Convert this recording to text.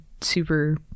super